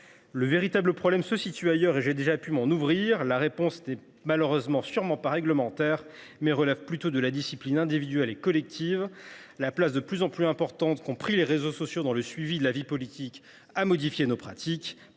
Le véritable problème se situe ailleurs, et j’ai déjà pu m’en ouvrir auprès de vous, mes chers collègues : la réponse n’est pas réglementaire. Elle relève plutôt de la discipline individuelle et collective. La place de plus en plus importante qu’ont prise les réseaux sociaux dans le suivi de la vie politique a modifié nos pratiques,